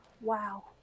wow